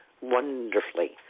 wonderfully